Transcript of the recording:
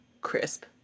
crisp